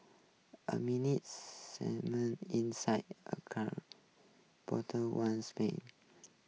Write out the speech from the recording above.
a mini inside a car bottle ones pen